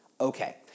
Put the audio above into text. Okay